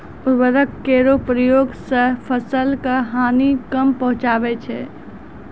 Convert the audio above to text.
उर्वरक केरो प्रयोग सें फसल क हानि कम पहुँचै छै